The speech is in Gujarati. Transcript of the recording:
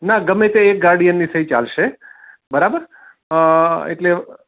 ના ગમે તે એક ગાર્ડિયનની સહી ચાલશે બરાબર એટલે